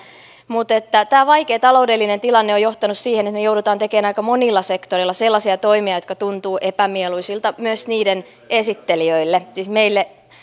että tämä vaikea taloudellinen tilanne on johtanut siihen että me joudumme tekemään aika monilla sektoreilla sellaisia toimia jotka tuntuvat epämieluisilta myös niiden esittelijöille siis meille